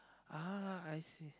ah I see